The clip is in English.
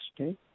okay